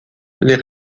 les